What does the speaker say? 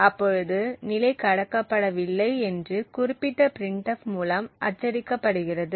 அப்பொழுது நிலை கடக்கப்படவில்லை என்று குறிப்பிட்ட printf மூலம் அச்சடிக்கப்படுகிறது